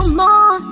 more